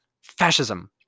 Fascism